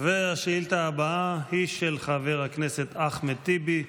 השאילתה הבאה היא של חבר הכנסת אחמד טיבי,